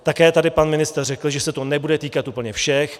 Také tady pan ministr řekl, že se to nebude týkat úplně všech.